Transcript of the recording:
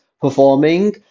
performing